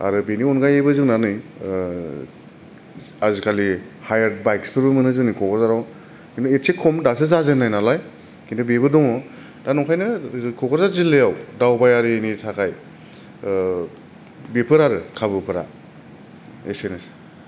आरो बेनि अनगायैबो जोंना नै आजिखालि हायार बाक्सफोरबो मोनो जोंनि क'क्राझाराव बिदिनो एदसे खम दासो जाजेनदों नालाय किनटु बेबो दङ दा नंखायनो क'क्राझार जिल्लाआव दावबायारिनि थाखाय बेफोर आरो खाबुफ्रा एसेनोसै